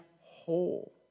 whole